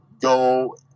go